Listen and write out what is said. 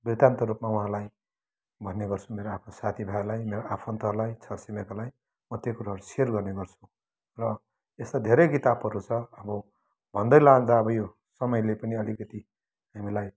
वृत्तान्तरूपमा उहाँहरूलाई भन्ने गर्छु मेरो आफ्नो साथीभाइहरूलाई मेरो आफ्नो आफन्तहरूलाई छर छिमेकहरूलाई म त्यो कुराहरू सेयर गर्ने गर्छु र यस्ता धेरै किताबहरू छ र अब भन्दै लाँदा यो समयले पनि अब अलिकति हामीलाई